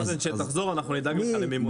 מאזן, כשתחזור, אנחנו נדאג לך למימון.